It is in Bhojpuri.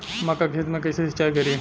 मका के खेत मे कैसे सिचाई करी?